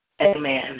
Amen